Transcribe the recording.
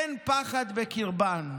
אין פחד בקרבם,